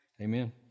Amen